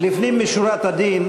לפנים משורת הדין,